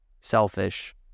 selfish